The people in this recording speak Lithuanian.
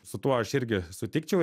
su tuo aš irgi sutikčiau